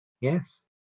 yes